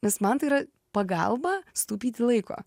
nes man tai yra pagalba sutaupyti laiko